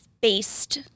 based